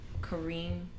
kareem